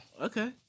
Okay